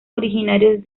originarios